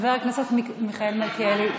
חבר הכנסת מיכאל מלכיאלי,